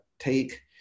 Take